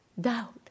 doubt